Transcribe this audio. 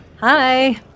Hi